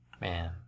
Man